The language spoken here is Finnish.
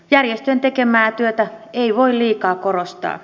järjestöjen tekemää työtä ei voi liikaa korostaa